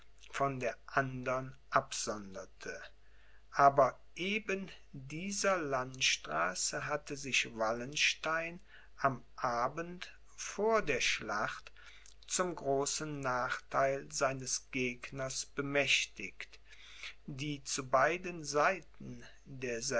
von der andern absonderte aber eben dieser landstraße hatte sich wallenstein am abend vor der schlacht zum großen nachtheil seines gegners bemächtigt die zu beiden seiten